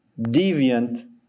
deviant